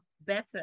better